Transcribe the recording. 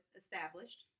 established